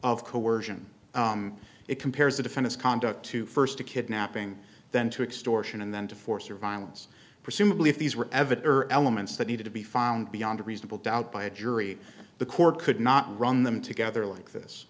of coersion it compares the defense conduct to first to kidnapping then to extortion and then to force or violence presumably if these were evident or elements that needed to be found beyond a reasonable doubt by a jury the court could not run them together like this